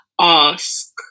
ask